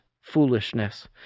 foolishness